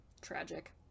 Tragic